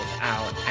out